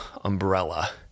umbrella